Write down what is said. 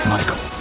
Michael